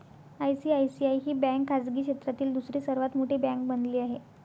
ICICI ही bank खाजगी क्षेत्रातील दुसरी सर्वात मोठी बँक बनली आहे